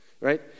right